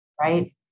right